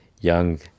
young